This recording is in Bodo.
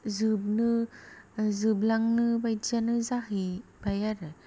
जोबनो जोब्लांनो बायदियानो जाहैबाय आरो